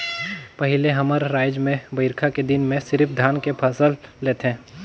पहिले हमर रायज में बईरखा के दिन में सिरिफ धान के फसल लेथे